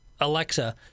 Alexa